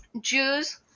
Jews